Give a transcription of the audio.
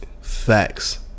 facts